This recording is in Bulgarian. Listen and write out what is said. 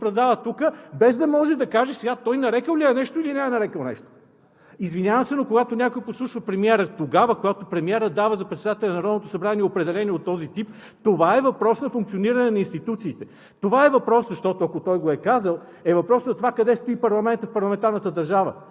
оправдава тук, без да може да каже сега той нарекъл ли я е нещо, или не я нарекъл нещо. Извинявам се, но когато някой подслушва премиера тогава, когато премиерът дава за председателя на Народното събрание определение от този тип, това е въпрос на функциониране на институциите. Това е въпрос, защото, ако той го е казал, е въпрос за това, къде стои парламентът в парламентарната държава,